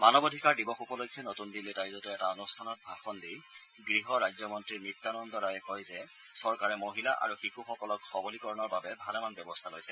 মানৱ অধিকাৰ দিৱস উপলক্ষে নতুন দিল্লীত আয়োজিত এটা অনুষ্ঠানত ভাষণ দি গৃহ ৰাজ্যমন্ত্ৰী নিত্যানন্দ ৰায়ে কয় যে চৰকাৰে মহিলা আৰু শিশুসকলক সবলীকৰণৰ বাবে ভালেমান পদক্ষপে লৈছে